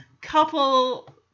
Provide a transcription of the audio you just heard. couple